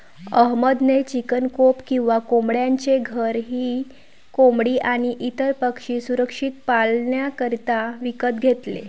अहमद ने chicken coop किंवा कोंबड्यांचे घर ही कोंबडी आणी इतर पक्षी सुरक्षित पाल्ण्याकरिता विकत घेतले